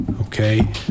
okay